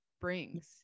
brings